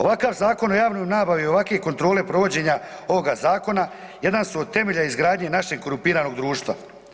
Ovakav zakon o javnoj nabavi ovakve kontrole provođenja ovoga zakona jedan su od temelja izgradnje našeg korumpiranog društva.